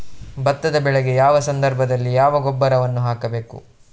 ಭತ್ತದ ಬೆಳೆಗೆ ಯಾವ ಸಂದರ್ಭದಲ್ಲಿ ಯಾವ ಗೊಬ್ಬರವನ್ನು ಹಾಕಬೇಕು?